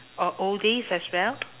or oldies as well